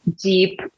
deep